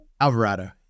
Alvarado